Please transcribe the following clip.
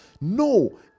No